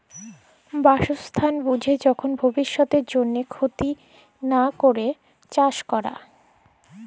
বাসস্থাল বুঝে যখল ভব্যিষতের জন্হে ক্ষতি লা ক্যরে চাস ক্যরা